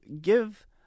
give